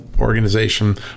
organization